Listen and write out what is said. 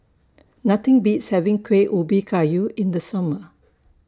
Nothing Beats having Kueh Ubi Kayu in The Summer